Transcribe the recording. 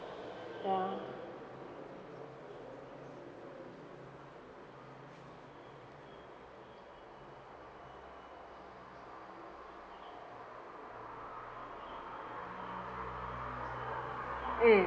ya mm